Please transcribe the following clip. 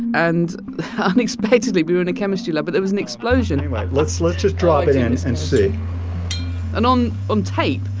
and unexpectedly, we were in a chemistry lab, but there was an explosion let's let's just drop it in and see and on um tape,